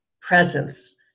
presence